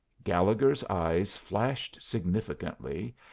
gallegher's eyes flashed significantly,